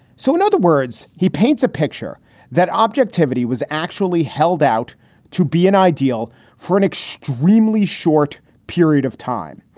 so, in other words, he paints a picture that objectivity was actually held out to be an ideal for an extremely short period of time.